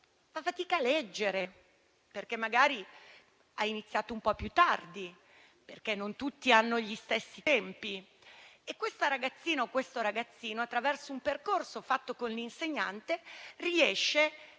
fa fatica a leggere, perché magari ha iniziato un po' più tardi, perché non tutti hanno gli stessi tempi. Questa ragazzina o questo ragazzino, attraverso un percorso fatto con l'insegnante, riesce a